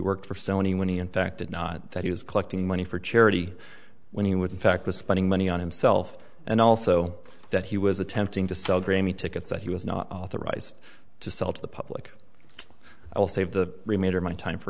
worked for sony when he in fact did not that he was collecting money for charity when he would in fact was spending money on himself and also that he was attempting to sell grammy tickets that he was not authorized to sell to the public i'll save the remainder of my time for